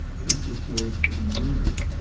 it was the source of murder.